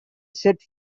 set